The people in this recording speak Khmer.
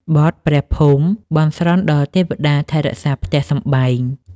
បទព្រះភូមិ បន់ស្រន់ដល់ទេវតាថែរក្សាផ្ទះសម្បែង។